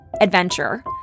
adventure